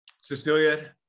Cecilia